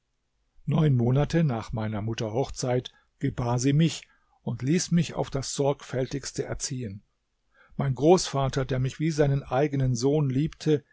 neun monate nach meiner mutter hochzeit gebar sie mich und ließ mich auf das sorgfältigste erziehen mein großvater der mich wie seinen eigenen sohn liebte